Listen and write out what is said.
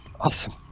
awesome